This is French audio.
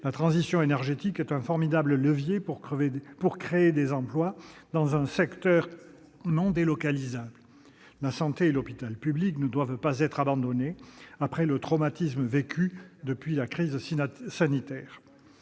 La transition énergétique est un formidable levier pour créer des emplois dans un secteur non délocalisable. La santé et l'hôpital public ne doivent pas être abandonnés après le traumatisme vécu depuis la crise sanitaire.